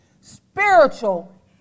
spiritual